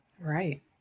Right